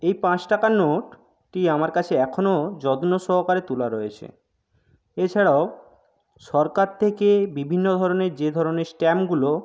এই পাঁচ টাকার নোটটি আমার কাছে এখনও যত্ন সহকারে তোলা রয়েছে এছাড়াও সরকার থেকে বিভিন্ন ধরণের যে ধরণের স্ট্যাম্পগুলো